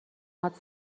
هات